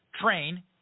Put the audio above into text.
train